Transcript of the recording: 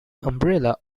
umbrella